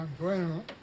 bueno